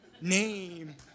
name